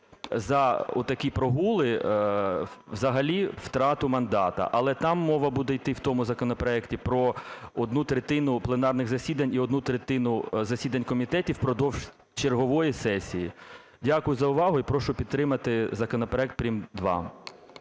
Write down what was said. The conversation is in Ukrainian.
за отакі прогули взагалі втрату мандату. Але там мова буде йти, в тому законопроекті, про одну третину пленарних засідань і одну третину засідань комітетів впродовж чергової сесії. Дякую за увагу. І прошу підтримати законопроект прим.2.